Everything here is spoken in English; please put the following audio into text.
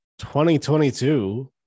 2022